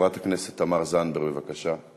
חברת הכנסת תמר זנדברג, בבקשה.